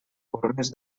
formes